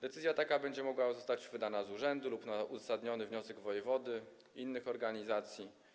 Decyzja taka będzie mogła zostać wydana z urzędu lub na uzasadniony wniosek wojewody, innych organizacji.